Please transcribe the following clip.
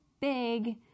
big